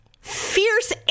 fierce